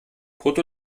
brutto